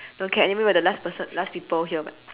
don't care anyway we're the last person last people here [what]